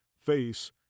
face